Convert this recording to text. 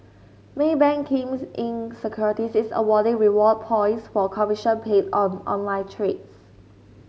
Maybank Kim Eng Securities is awarding reward points for commission paid on online trades